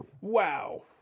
Wow